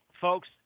folks